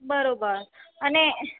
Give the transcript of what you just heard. બરોબર અને